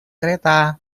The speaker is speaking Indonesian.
kereta